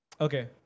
Okay